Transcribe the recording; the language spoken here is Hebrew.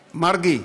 מרגי,